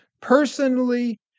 Personally